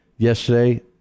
Yesterday